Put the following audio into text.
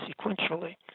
sequentially